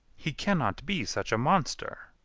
he cannot be such a monster.